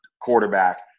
quarterback